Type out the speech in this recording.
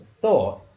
thought